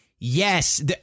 Yes